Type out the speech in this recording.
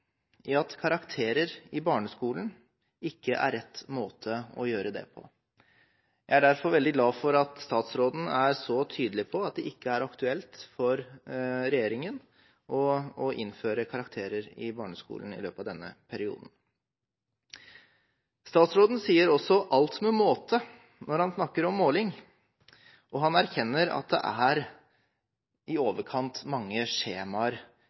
at karakterer i barneskolen ikke er rett måte å gjøre det på. Jeg er derfor veldig glad for at statsråden er så tydelig på at det ikke er aktuelt for regjeringen å innføre karakterer i barneskolen i løpet av denne perioden. Statsråden sier «alt med måte» når han snakker om måling, og han erkjenner at det er i overkant mange skjemaer